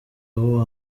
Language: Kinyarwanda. aho